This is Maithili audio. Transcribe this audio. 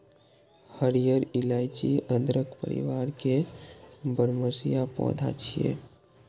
हरियर इलाइची अदरक परिवार के बरमसिया पौधा छियै